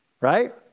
right